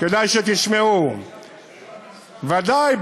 כדאי שתשמעו, ודאי.